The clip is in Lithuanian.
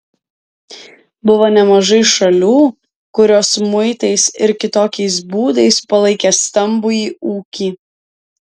buvo nemažai šalių kurios muitais ir kitokiais būdais palaikė stambųjį ūkį